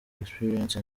experience